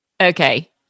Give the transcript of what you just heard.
Okay